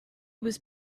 was